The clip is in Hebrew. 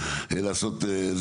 לעשות,